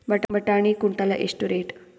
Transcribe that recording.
ಬಟಾಣಿ ಕುಂಟಲ ಎಷ್ಟು ರೇಟ್?